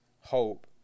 hope